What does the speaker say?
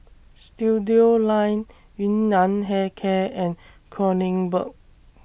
Studioline Yun Nam Hair Care and Kronenbourg